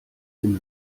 dem